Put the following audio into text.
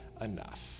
enough